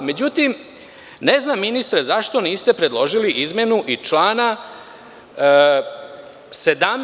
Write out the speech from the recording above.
Međutim, ne znam, ministre, zašto niste predložili izmenu i člana 17.